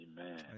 amen